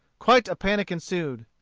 quite a panic ensued.